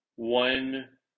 One